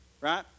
right